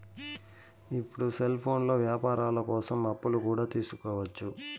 ఇప్పుడు సెల్ఫోన్లో వ్యాపారాల కోసం అప్పులు కూడా తీసుకోవచ్చు